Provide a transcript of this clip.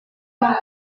mon